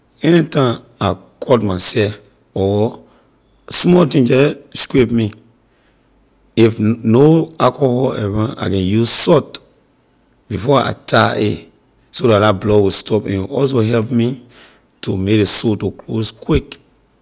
Anytime I cut my seh or small thing jeh scrape me if no alcohol around I can use salt before I tie a so la la blood will stop and also help me to make ley sore to close quick